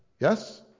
Yes